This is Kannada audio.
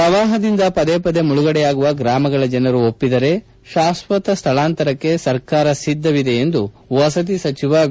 ಪ್ರವಾಪದಿಂದ ಪದೆ ಪದೇ ಮುಳುಗಡೆಯಾಗುವ ಗ್ರಾಮಗಳ ಜನರು ಒಪ್ಪಿದರೆ ಶಾಶ್ವತ ಸ್ವಳಾಂತರಕ್ಕೆ ಸರ್ಕಾರ ಸಿದ್ದವಿದೆ ಎಂದು ವಸತಿ ಸಚಿವ ವಿ